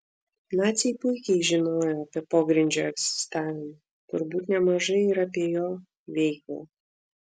naciai puikiai žinojo apie pogrindžio egzistavimą turbūt nemažai ir apie jo veiklą